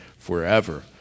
forever